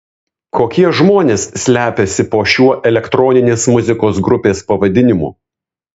kokie žmonės slepiasi po šiuo elektroninės muzikos grupės pavadinimu